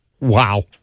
Wow